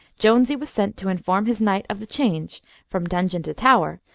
jonesy was sent to inform his knight of the change from dungeon to tower,